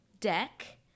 deck